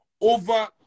over